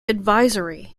advisory